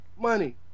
money